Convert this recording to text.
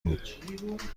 بود